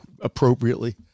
appropriately